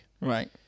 Right